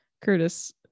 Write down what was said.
Curtis